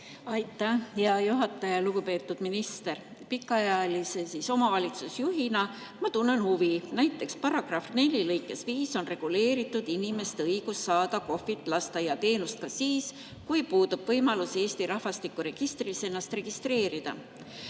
Aitäh, hea juhataja! Lugupeetud minister! Pikaajalise omavalitsusjuhina ma tunnen huvi selle vastu, et § 4 lõikes 5 on reguleeritud inimeste õigus saada KOV‑ilt lasteaiateenust ka siis, kui puudub võimalus Eesti rahvastikuregistris ennast registreerida.